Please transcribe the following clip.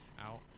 Out